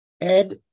Ed